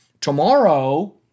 Tomorrow